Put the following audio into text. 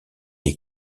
est